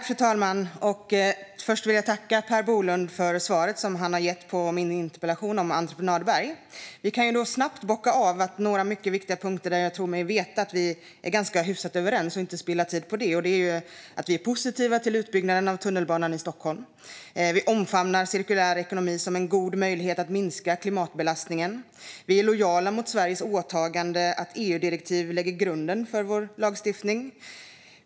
Fru talman! Först vill jag tacka Per Bolund för svaret som han har gett på min interpellation om entreprenadberg. Vi kan snabbt bocka av några mycket viktiga punkter där jag tror mig veta att vi är ganska hyfsat överens och inte spilla tid på dem. Vi är positiva till utbyggnaden av tunnelbanan i Stockholm. Vi omfamnar cirkulär ekonomi som en god möjlighet att minska klimatbelastningen. Vi är lojala mot Sveriges åtagande att EU-direktiv lägger grunden för vår lagstiftning.